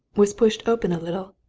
was pushed open a little,